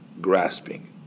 grasping